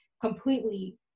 completely